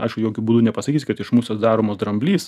aišku jokiu būdu nepasakysi kad iš musės daromas dramblys